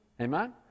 Amen